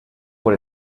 por